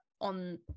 on